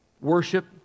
worship